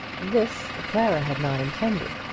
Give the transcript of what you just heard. this clara had not intended.